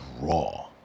raw